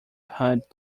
put